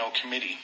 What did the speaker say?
committee